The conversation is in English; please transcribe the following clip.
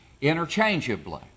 interchangeably